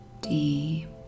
Deep